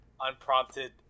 unprompted